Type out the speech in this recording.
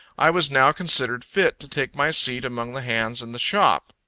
i was now considered fit to take my seat among the hands in the shop.